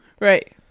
Right